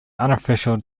unofficial